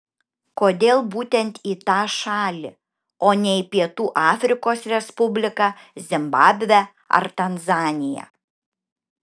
kodėl būtent į tą šalį o ne į pietų afrikos respubliką zimbabvę ar tanzaniją